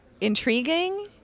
intriguing